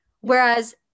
Whereas